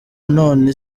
none